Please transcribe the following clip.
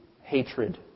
hatred